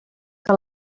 que